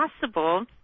possible